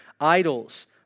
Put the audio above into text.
idols